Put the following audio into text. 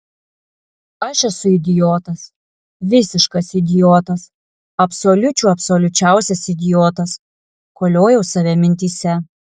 aš esu idiotas visiškas idiotas absoliučių absoliučiausias idiotas koliojau save mintyse